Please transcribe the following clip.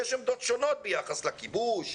יש עמדות שונות ביחס לכיבוש,